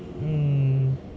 mm